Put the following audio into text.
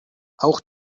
auch